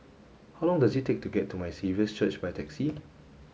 how long does it take to get to My Saviour's Church by taxi